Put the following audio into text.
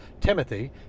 timothy